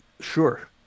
sure